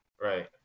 Right